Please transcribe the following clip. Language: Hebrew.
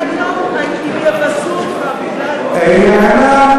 אבל היום אם יבזו אותך בגלל, אין לי הגנה.